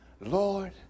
Lord